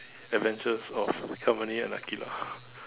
adventures of company and Aqilah